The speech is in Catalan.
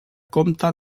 comte